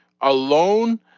alone